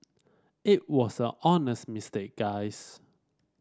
it was an honest mistake guys